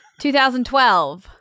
2012